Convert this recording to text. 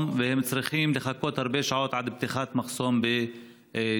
והם צריכים לחכות הרבה שעות עד פתיחת מחסום בג'למה?